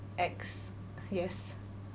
X yes